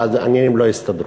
ואז העניים לא יסתדרו.